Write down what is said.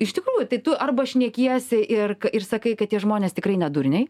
iš tikrųjų tai tu arba šnekiesi ir ir sakai kad tie žmonės tikrai ne durniai